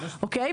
אוקיי?